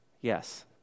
yes